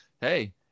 hey